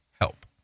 help